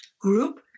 group